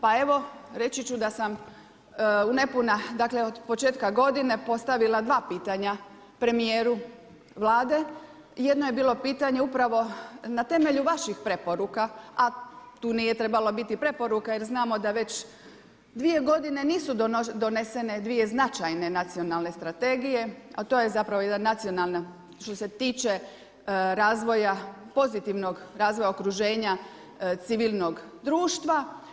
Pa evo reći ću da sam od početka godine postavila dva pitanja premijeru Vlade, jedno je bilo pitanje upravo na temelju vaših preporuka, a tu nije trebala biti preporuka jer znamo da već dvije godine nisu donesene dvije značajne nacionalne strategije, a to je jedna nacionalna što se tiče razvoja pozitivnog razvoja okruženja civilnog društva.